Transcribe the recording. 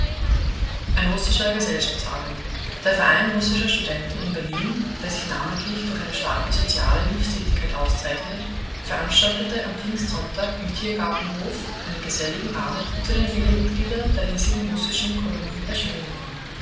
ein russischer gesellschaftsabend der verein russischer studenten in berlin der sich namentlich durch eine starke soziale hilfstätigkeit auszeichnet veranstaltete am pfingstsonntag im tiergartenhof einen geselligen abend zu dem viele mitglieder der hiesigen russischen kolonie erschienen waren